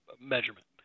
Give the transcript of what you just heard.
measurement